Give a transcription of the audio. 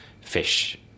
fish